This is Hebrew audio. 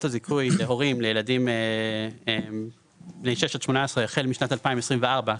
הזיכוי להורים לילדים בני 6-18 החל משנת 2024,